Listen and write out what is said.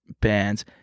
bands